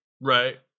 Right